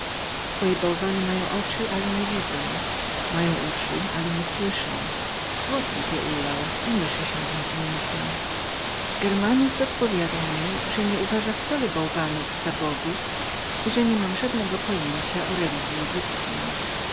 twoje bałwany mają oczy ale nie widzą mają uszy ale nie słyszą złotnik je ulał i myszy się w nich gnieżdżą germanus odpowiadał mi zawsze że nieuważano wcale bałwanów za bogów i że nie miałem żadnego pojęcia o religji